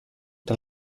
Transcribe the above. tra